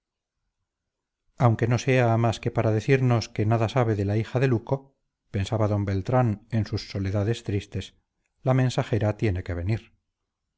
aunque no sea más que para decirnos que nada sabe de la hija de luco pensaba don beltrán en sus soledades tristes la mensajera tiene que venir